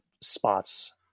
spots